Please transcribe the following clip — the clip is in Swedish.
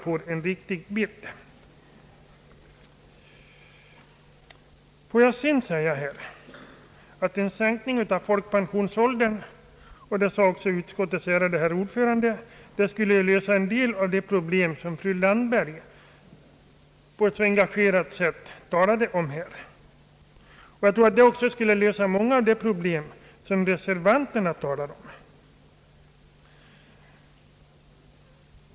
Får jag sedan säga, att en sänkning av folkpensionsåldern — och det sade även utskottets ärade herr ordföran de — skulle lösa en del av de problem som fru Landberg på ett så engagerat sätt talade om här. Det skulle också lösa många av de problem, som reservanterna talat om.